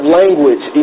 language